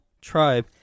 Tribe